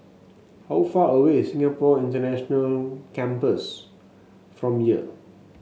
how far away is Singapore International Campus from here